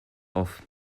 off